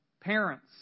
Parents